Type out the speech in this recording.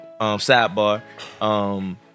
sidebar